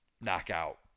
knockout